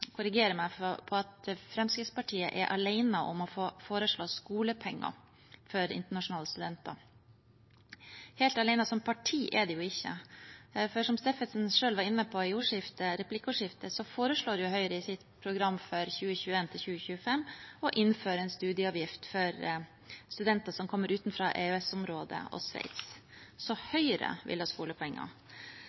korrigere meg på at Fremskrittspartiet er alene om å foreslå skolepenger for internasjonale studenter. Helt alene som parti er de jo ikke, for som Steffensen selv var inne på i replikkordskiftet, foreslår Høyre i sitt program for 2021–2025 å innføre en studieavgift for studenter som kommer fra land utenfor EØS-området og Sveits. Så Høyre vil ha skolepenger.